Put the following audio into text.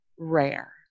Rare